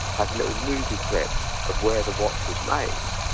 have little movie clips of where the watch was made,